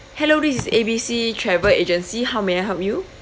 hello this is A B C travel agency how may I help you